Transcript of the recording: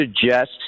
suggest